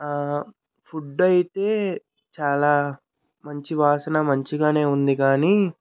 food అయితే చాలా మంచి వాసన మంచిగానే ఉంది కాని